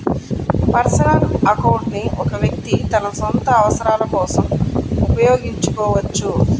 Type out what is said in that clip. personal account ని ఒక వ్యక్తి తన సొంత అవసరాల కోసం ఉపయోగించుకోవచ్చు